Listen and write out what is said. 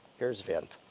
here's vint.